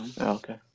Okay